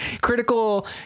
Critical